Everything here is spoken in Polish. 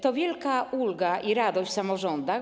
To wielka ulga i radość w samorządach.